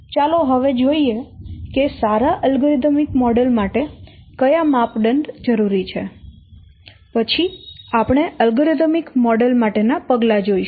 ચાલો હવે જોઈએ કે સારા એલ્ગોરિધમિક મોડેલ માટે કયા માપદંડ જરૂરી છે પછી આપણે આ અલ્ગોરિધમિક મોડેલ માટેનાં પગલાં જોઈશું